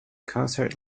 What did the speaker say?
concert